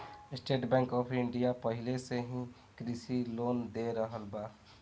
estate Bank of India पाहिले से ही कृषि लोन दे रहल बा